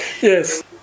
Yes